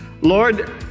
Lord